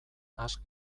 has